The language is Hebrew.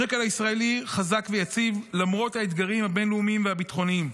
השקל הישראלי חזק ויציב למרות האתגרים הבין-לאומיים והביטחוניים.